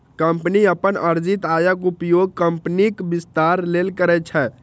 company अपन अर्जित आयक उपयोग कंपनीक विस्तार लेल करै छै